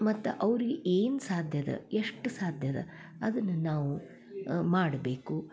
ಮತ್ತು ಅವ್ರ್ಗೆ ಏನು ಸಾಧ್ಯದ ಎಷ್ಟು ಸಾಧ್ಯದ ಅದನ್ನ ನಾವು ಮಾಡಬೇಕು